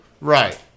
Right